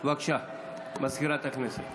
בבקשה, מזכירת הכנסת.